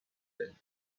دهیم